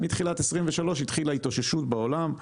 מתחילת 2023 התחילה ההתאוששות בעולם,